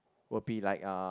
will be like uh